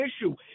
issue